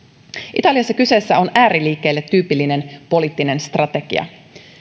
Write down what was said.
italiassa kyseessä on ääriliikkeille tyypillinen poliittinen strategia